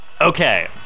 Okay